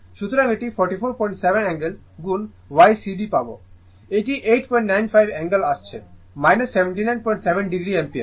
সুতরাং এটি 447 অ্যাঙ্গেল গুণ Ycd পাবে এটি 895 অ্যাঙ্গেল আসছে 797o অ্যাম্পিয়ার